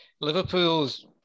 Liverpool's